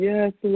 Yes